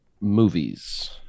Movies